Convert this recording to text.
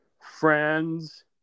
friend's